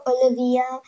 Olivia